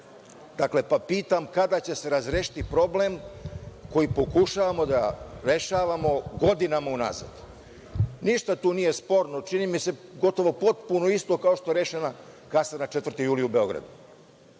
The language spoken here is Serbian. Dakle, pitam – kada će se razrešiti problem koji pokušavamo da rešavamo godinama unazad? Ništa tu nije sporno, čini mi se, potpuno isto kao što je rešena kasarna „4. juli“ u Beogradu.